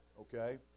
Okay